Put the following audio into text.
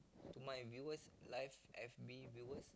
to my viewers live viewers